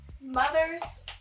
mother's